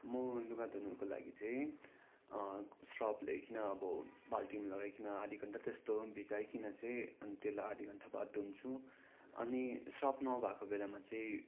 म यो लुगा धुनुको लागि चाहिँ सर्फ ल्याइकन अब बाल्टीमा लगाइकन आधा घन्टा जस्तो भिजाइकन चाहिँ अनि त्यसलाई आधि घन्टा बाद धुन्छु अनि सर्फ नभएको बेलामा चाहिँ